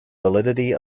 validity